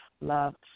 Love